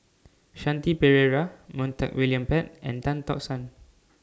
Shanti Pereira Montague William Pett and Tan Tock San